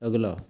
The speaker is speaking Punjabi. ਅਗਲਾ